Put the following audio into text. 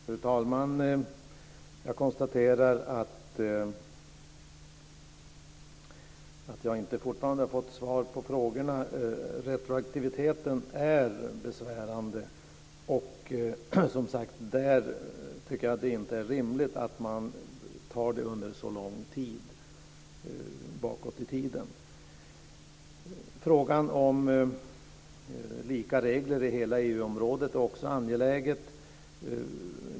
Fru talman! Jag konstaterar att jag fortfarande inte har fått svar på frågorna. Retroaktiviteten är besvärande, och där tycker jag inte att det är rimligt att man tar detta under så lång tid bakåt. Frågan om lika regler i hela EU-området är också angelägen.